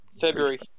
February